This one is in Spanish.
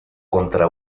contra